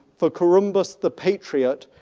for korymbos the patriot,